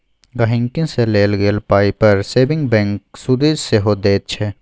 गांहिकी सँ लेल गेल पाइ पर सेबिंग बैंक सुदि सेहो दैत छै